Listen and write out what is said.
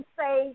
say